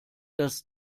dass